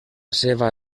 seva